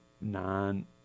nine –